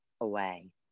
away